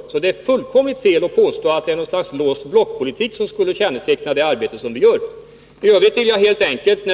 Det är således fullkomligt felaktigt att påstå att något slags låst blockpolitik skulle känneteckna vårt arbete. När